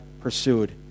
pursued